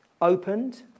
opened